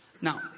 Now